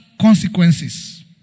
consequences